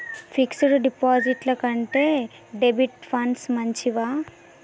Fix డ్ డిపాజిట్ల కంటే డెబిట్ ఫండ్స్ మంచివా?